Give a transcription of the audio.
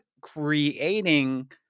creating